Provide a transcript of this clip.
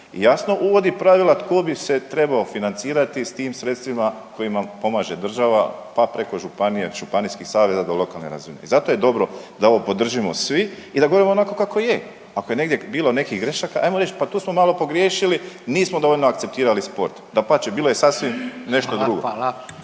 jasno uvodi pravila tko bi se trebao financirati s tim sredstvima kojima pomože država pa preko županije, županijskih saveza do lokalne razine. I zato je dobro da ovo podržimo svi i da govorimo onako kako je. Ako je negdje bilo nekih grešaka ajmo reć pa tu smo malo pogriješili nismo dovoljno akceptirali sport, dapače bilo je sasvim nešto drugo.